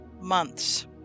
months